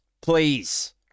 please